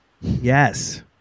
Yes